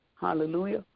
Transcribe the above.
hallelujah